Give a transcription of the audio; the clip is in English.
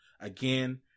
again